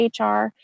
HR